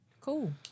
Cool